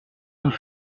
nous